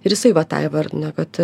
ir jisai va tą įvardina kad